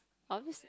obviously